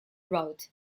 wrote